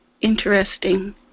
interesting